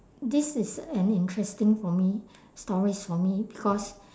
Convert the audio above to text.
this is an interesting for me stories for me because